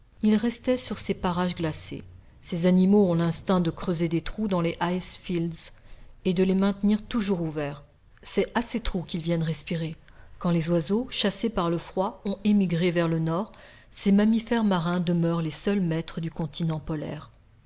ils restaient sur ces parages glacés ces animaux ont l'instinct de creuser des trous dans les ice fields et de les maintenir toujours ouverts c'est à ces trous qu'ils viennent respirer quand les oiseaux chassés par le froid ont émigré vers le nord ces mammifères marins demeurent les seuls maîtres du continent polaire